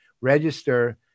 Register